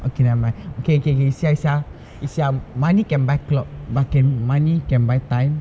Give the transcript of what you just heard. okay never mind okay okay okay you see ah you see ah you see ah money can buy clock but can money can buy time